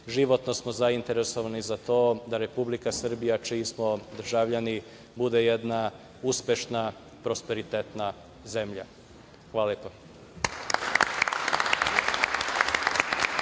životno smo zainteresovani za to da Republika Srbija, čiji smo državljani, bude jedna uspešna, prosperitetna zemlja. Hvala lepo.